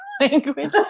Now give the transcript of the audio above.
language